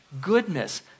goodness